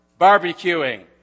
barbecuing